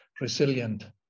resilient